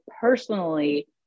personally